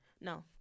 No